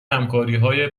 همکاریهای